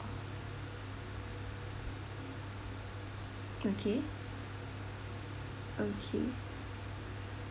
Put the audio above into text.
okay okay